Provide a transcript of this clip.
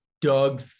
Doug